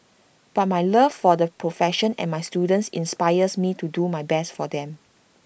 but my love for the profession and my students inspires me to do my best for them